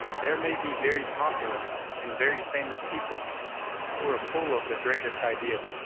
there may be very popular and very famous people who are full of the greatest ideas,